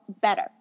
better